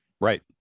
Right